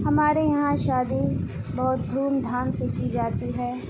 ہمارے یہاں شادی بہت دھوم دھام سے کی جاتی ہے